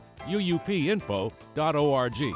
UUPInfo.org